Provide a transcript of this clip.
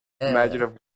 Imagine